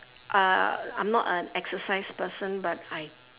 uh I'm not an exercise person but I